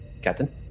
captain